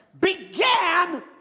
began